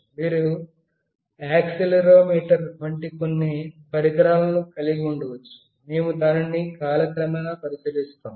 మీరు యాక్సిలెరోమీటర్ వంటి కొన్ని పరికరాలను కలిగి ఉండవచ్చు మేము దానిని కాలక్రమేణా పరిశీలిస్తాము